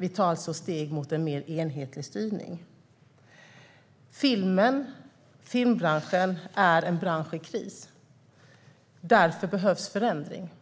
Vi tar steg mot en mer enhetlig styrning. Filmbranschen är en bransch i kris. Därför behövs förändring.